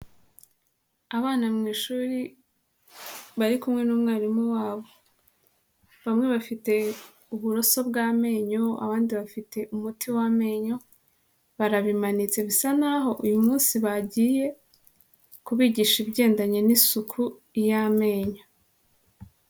Abana mu ishuri bari kumwe n'umwarimu wabo. Bamwe bafite uburoso bw'amenyo, abandi bafite umuti w'amenyo, barabimanitse bisa n'aho uyu munsi bagiye kubigisha ibigendanye n'isuku y'amenyo.